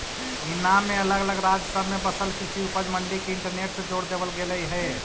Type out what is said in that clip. ईनाम में अलग अलग राज्य सब में बसल कृषि उपज मंडी के इंटरनेट से जोड़ देबल गेलई हे